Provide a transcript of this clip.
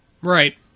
Right